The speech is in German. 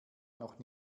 noch